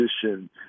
position